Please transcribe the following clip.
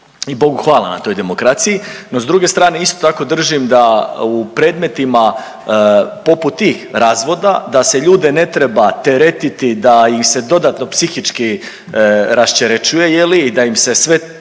i Bogu hvala na toj demokraciji. No s druge strane isto tako držim da u predmetima poput tih razvoda da se ljude ne treba teretiti da ih se dodatno psihički rasterećuje i da im se sve